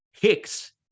Hicks